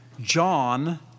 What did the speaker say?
john